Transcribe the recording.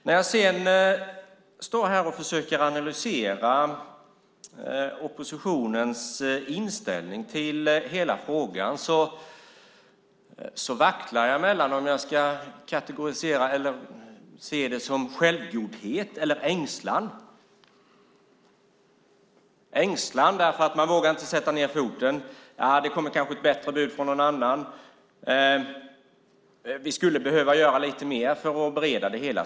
När jag sedan står här och försöker analysera oppositionens inställning till hela frågan vacklar jag mellan om jag ska se det som självgodhet eller som ängslan. Ängslan kan det vara därför att man inte vågar sätta ned foten. Nja, det kommer kanske ett bättre bud från någon annan. Vi skulle behöva göra lite mer för att bereda det hela.